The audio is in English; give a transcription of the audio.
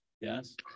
Yes